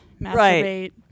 masturbate